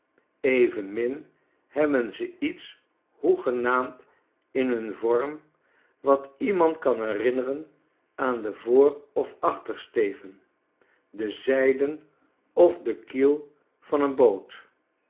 evenmin hebben ze iets hoegenaamd in hun vorm wat iemand kan herinneren aan den voor of achtersteven de zijden of de kiel van een boot